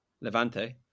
Levante